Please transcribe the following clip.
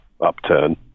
upturn